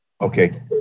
Okay